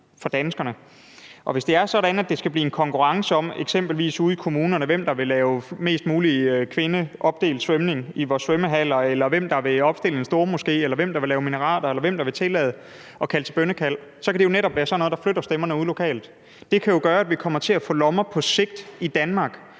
for danskerne, og hvis det er sådan, at der ude i kommunerne eksempelvis bliver konkurrence om, hvem der vil lave mest muligt kønsopdelt svømning i vores svømmehaller, eller hvem der vil opføre en stormoské, eller hvem der vil lave minareter, eller hvem der vil tillade at kalde til bøn, så kan det jo netop være sådan noget, der flytter stemmerne ude lokalt. Det kan jo gøre, at vi på sigt kommer til at få lommer i Danmark,